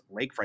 lakefront